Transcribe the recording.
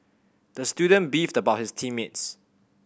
the student beefed about his team mates